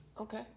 Okay